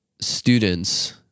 students